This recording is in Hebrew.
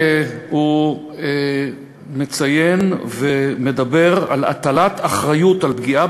הוא מציין ומדבר על הטלת אחריות לפגיעה